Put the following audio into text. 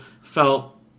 Felt